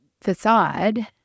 facade